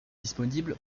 disponible